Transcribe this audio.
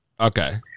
Okay